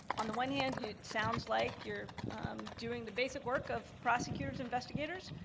on the one hand yeah it sounds like you're doing the basic work of prosecutors, investigators.